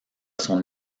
son